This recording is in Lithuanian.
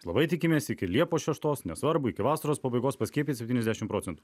labai tikimės iki liepos šeštos nesvarbu iki vasaros pabaigos paskiepyt septyniasdešimt procentų